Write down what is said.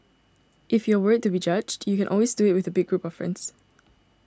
if you are worried to be judged you can always do it with a big group of friends